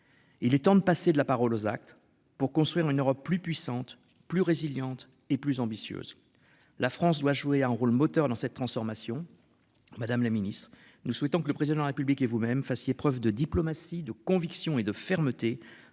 Il est temps de passer de la parole aux actes pour construire une Europe plus puissante plus résilientes et plus ambitieuse. La France doit jouer un rôle moteur dans cette transformation. Madame la Ministre, nous souhaitons que le président de la République et vous-même fassiez preuve de diplomatie de conviction et de fermeté